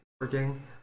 working